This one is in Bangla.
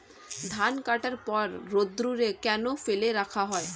ধান কাটার পর রোদ্দুরে কেন ফেলে রাখা হয়?